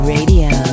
Radio